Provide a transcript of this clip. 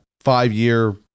five-year